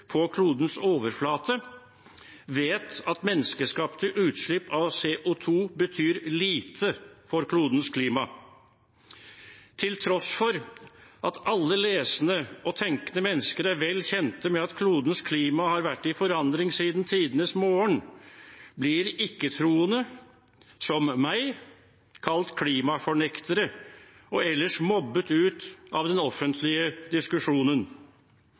på klodens overflate, vet at menneskeskapte utslipp av CO 2 betyr lite for klodens klima. Til tross for at alle lesende og tenkende mennesker er vel kjent med at klodens klima har vært i forandring siden tidenes morgen, blir ikke-troende, som meg, kalt klimafornektere og ellers mobbet ut av den offentlige diskusjonen.